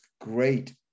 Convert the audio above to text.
great